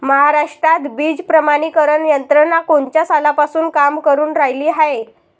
महाराष्ट्रात बीज प्रमानीकरण यंत्रना कोनच्या सालापासून काम करुन रायली हाये?